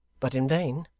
but in vain.